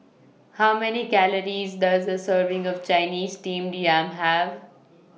How Many Calories Does A Serving of Chinese Steamed Yam Have